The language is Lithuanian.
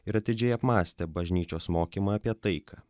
ir atidžiai apmąstė bažnyčios mokymą apie taiką